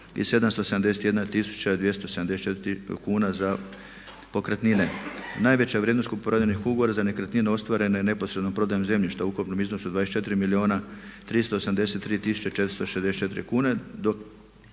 tisuća 274 kune za pokretnine. Najveća vrijednost kupoprodajnih ugovora za nekretnine ostvarene neposredno prodajom zemljišta u ukupnom iznosu od 24 milijuna